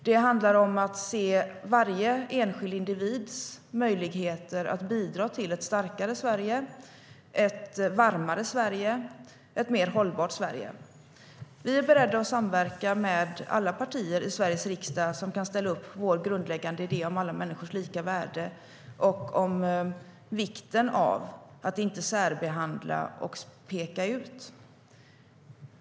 Det handlar om att se varje enskild individs möjligheter att bidra till ett starkare Sverige, ett varmare Sverige, ett mer hållbart Sverige. Vi är beredda att samverka med alla partier i Sveriges riksdag som kan ställa upp på vår grundläggande idé om alla människors lika värde och om vikten av att inte särbehandla och peka ut vissa.